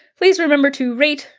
please remember to rate,